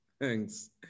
thanks